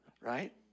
right